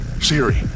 Siri